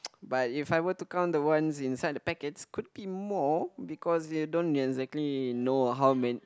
but if I were to count the ones inside the packets could be more because you don't exactly know how many